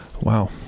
Wow